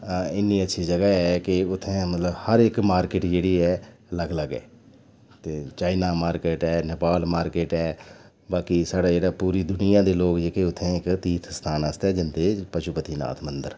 इन्नी अच्छी जगह् ऐ कि उत्थै मतलब हर इक मार्किट जेह्ड़ी ऐ अलग अलग ऐ ते चाइना मार्किट ऐ नेपाल मार्किट ऐ बाकी साढ़े जेह्ड़े पूरी दुनिया दे लोक जेह्के उत्थै इक तीर्थ स्थान आस्तै जंदे पशु पती नाथ मदंर